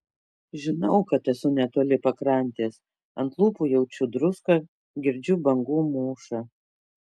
žinau kad esu netoli pakrantės ant lūpų jaučiu druską girdžiu bangų mūšą